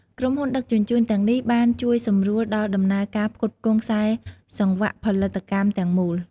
ក្រុមហ៊ុនដឹកជញ្ជូនទាំងនេះ បានជួយសម្រួលដល់ដំណើរការផ្គត់ផ្គង់ខ្សែសង្វាក់ផលិតកម្មទាំងមូល។